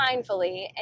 mindfully